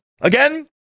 Again